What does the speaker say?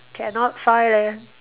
cannot find leh